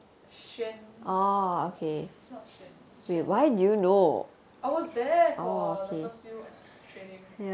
xuan is not xuan xuan something I was there for the first few training